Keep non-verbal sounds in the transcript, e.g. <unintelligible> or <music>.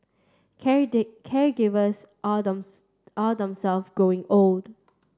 <unintelligible> caregivers are <unintelligible> are themselves growing old